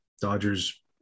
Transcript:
Dodgers